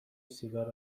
سیگار